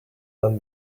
than